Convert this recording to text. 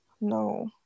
No